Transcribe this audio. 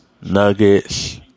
Nuggets